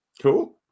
Cool